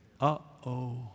uh-oh